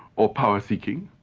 or power-seeking,